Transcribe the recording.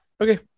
Okay